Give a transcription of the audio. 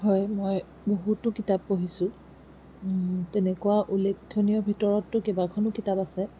হয় মই বহুতো কিতাপ পঢ়িছোঁ তেনেকুৱা উল্লেখনীয় ভিতৰততো বহুকেইখন কিতাপ আছে